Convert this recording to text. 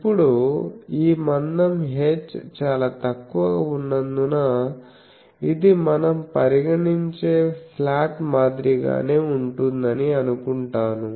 ఇప్పుడు ఈ మందం h చాలా తక్కువగా ఉన్నందున ఇది మనం పరిగణించే స్లాట్ మాదిరిగానే ఉంటుందని అనుకుంటాను